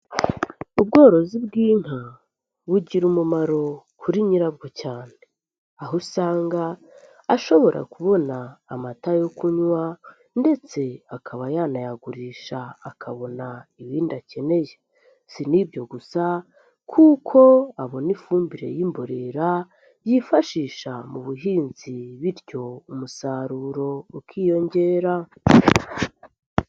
Ubworozi bw'inka bugira umumaro kuri nyirabwo cyane, aho usanga ashobora kubona amata yo kunywa ndetse akaba yanayagurisha akabona ibindi akeneye, si n'ibyo gusa kuko abona ifumbire y'imborera yifashisha mu buhinzi bityo umusaruro ukiyongera.